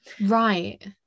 Right